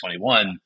2021